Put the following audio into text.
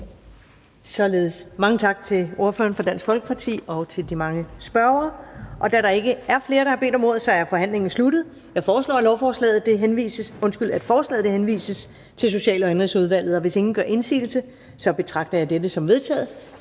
Således mange tak til ordføreren for Dansk Folkeparti og til de mange spørgere. Da der ikke er flere, der har bedt om ordet, er forhandlingen sluttet. Jeg foreslår, at forslaget til folketingsbeslutning henvises til Social- og Indenrigsudvalget. Hvis ingen gør indsigelse, betragter jeg dette som vedtaget.